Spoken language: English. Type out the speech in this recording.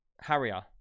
Harrier